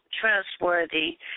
trustworthy